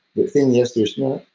the thing is there's not